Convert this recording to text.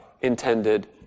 intended